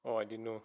oh I didn't know